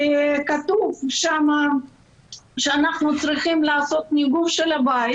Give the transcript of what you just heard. כתוב שם שאנחנו צריכים לעשות ניגוב של הבית